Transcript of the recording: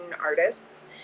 artists